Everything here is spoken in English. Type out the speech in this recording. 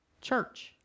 church